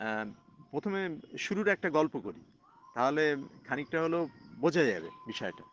প্রথমে শুরুর একটা গল্প করি তাহলে খানিকটা হলো বোঝা যাবে বিষয়টা